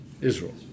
Israel